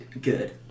good